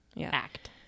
act